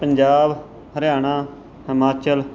Punjab Haryana Himachal